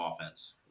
offense